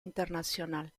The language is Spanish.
internacional